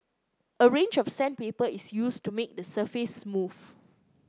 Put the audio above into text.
a range of sandpaper is used to make the surface smooth